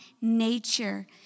nature